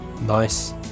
Nice